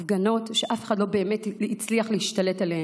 הפגנות שאף אחד לא באמת הצליח להשתלט עליהן,